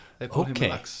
Okay